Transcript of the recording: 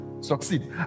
Succeed